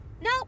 No